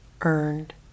earned